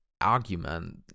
argument